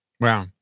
Wow